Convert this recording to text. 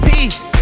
Peace